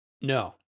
No